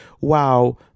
wow